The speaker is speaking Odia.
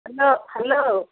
hello hello